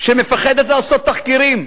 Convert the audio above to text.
שמפחדת לעשות תחקירים,